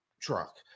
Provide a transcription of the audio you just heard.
truck